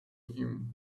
him